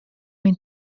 myn